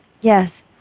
yes